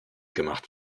gemacht